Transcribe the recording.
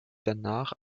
danach